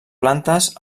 plantes